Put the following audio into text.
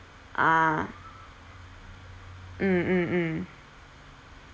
ah mm mm mm